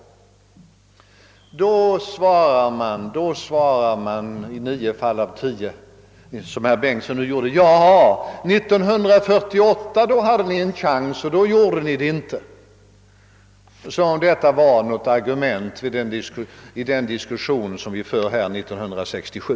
I nio fall av tio säger man i replikskiften av dagens art som herr Bengtsson nu gjorde: 1948 hade ni en chans, och 'då gjorde ni ingenting! Som om detta vore något argument i den diskussion som vi för här 1967!